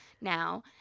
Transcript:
now